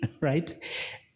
right